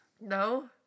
No